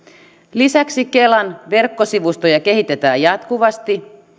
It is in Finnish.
lisäksi kelan verkkosivustoja kehitetään jatkuvasti